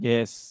Yes